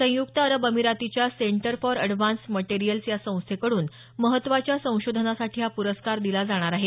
संयुक्त अरब अमिरातीच्या सेंटर फॉर अॅडव्हान्स मटेरियल्स या संस्थेकडून महत्त्वाच्या संशोधनासाठी हा पुरस्कार दिला जाणार आहे